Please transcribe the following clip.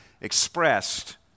expressed